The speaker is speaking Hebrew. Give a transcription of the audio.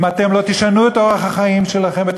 אם אתם לא תשנו את אורח החיים שלכם ואת